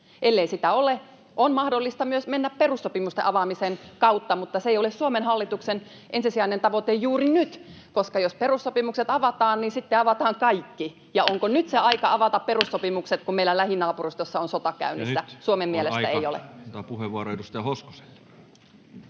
Ellei sitä ole, on mahdollista myös mennä perussopimusten avaamisen kautta, mutta se ei ole Suomen hallituksen ensisijainen tavoite juuri nyt, koska jos perussopimukset avataan, niin sitten avataan kaikki. Ja onko nyt se aika avata perussopimukset, kun meillä lähinaapurustossa on sota käynnissä? Suomen mielestä ei ole. [Välihuutoja perussuomalaisten